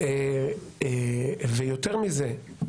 יותר מזה,